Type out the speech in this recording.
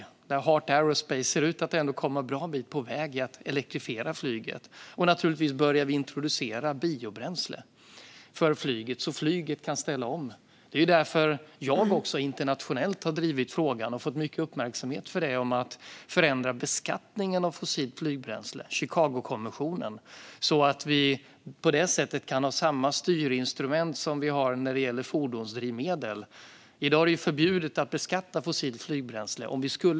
Heart Aerospace ser ut att ha kommit en bra bit på vägen mot att elektrifiera flyget. Naturligtvis börjar vi också att introducera biobränsle för flyget så att flyget kan ställa om. Det är därför jag internationellt, apropå Chicagokonventionen, har drivit frågan om att förändra beskattningen av fossilt flygbränsle och fått mycket uppmärksamhet för det. På det sättet kan vi ha samma styrinstrument som vi har när det gäller fordonsdrivmedel. I dag är det ju förbjudet att beskatta fossilt flygbränsle.